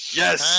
yes